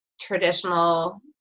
traditional